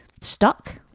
stuck